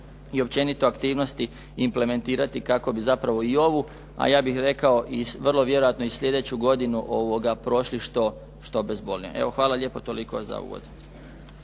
i općenito aktivnosti implementirati kako bi zapravo i ovu a ja bih rekao vrlo vjerojatno i slijedeću godinu prošli što bezbolnije. Hvala lijepa. Toliko za uvod.